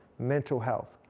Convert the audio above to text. mental health,